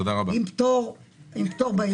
עם פטור בייבוא,